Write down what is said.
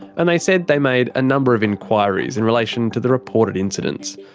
and they said they made a number of enquiries in relation to the reported incidents.